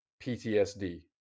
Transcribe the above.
PTSD